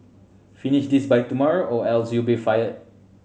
finish this by tomorrow or else you'll be fired